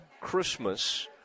Christmas